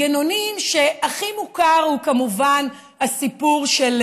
הכי מוכר הוא כמובן הסיפור של